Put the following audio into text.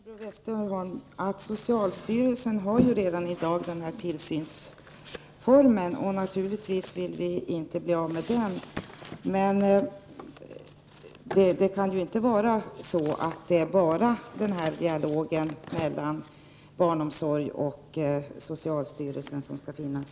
Herr talman! Först vill jag till Barbro Westerholm säga att socialstyrelsen ju redan i dag har den här tillsynsformen, och naturligtvis vill vi inte bli av med den. Men det kan ju inte vara bara den här dialogen mellan barnomsorg och socialstyrelsen som skall finnas.